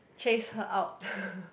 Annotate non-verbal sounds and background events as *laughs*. chase her out *laughs*